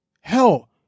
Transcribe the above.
Hell